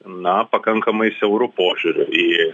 na pakankamai siauru požiūriu į